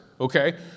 okay